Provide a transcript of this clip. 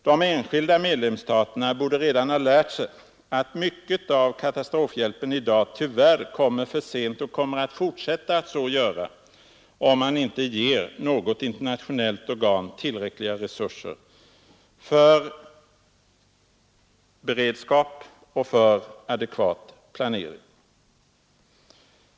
De enskilda medlemsstaterna borde redan ha lärt sig att en stor del av katastrofhjälpen i dag tyvärr kommer för sent och kommer att fortsätta att så göra, om man inte ger något internationellt organ nödvändiga resurser för att hålla en tillräcklig katastrofberedskap och svara för en adekvat planering.